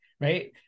right